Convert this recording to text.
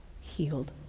healed